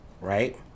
right